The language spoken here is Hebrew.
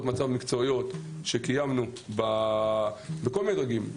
מצב מקצועיות שקיימנו בכל מיני דרגים,